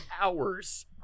hours